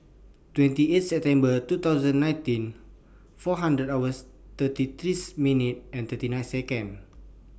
twenty eight September two thousand nineteen four hundred hours thirty threes minute and thirty nine Second